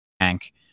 tank